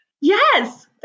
Yes